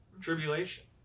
tribulation